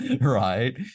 right